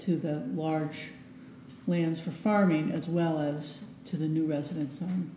to the war lands for farming as well as to the new residents